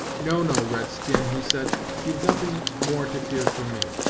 no, no, red-skin, he said you've nothing more to fear from me.